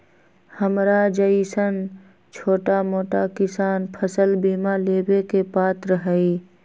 हमरा जैईसन छोटा मोटा किसान फसल बीमा लेबे के पात्र हई?